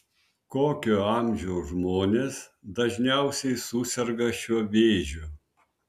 kokio amžiaus žmonės dažniausiai suserga šiuo vėžiu